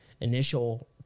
initial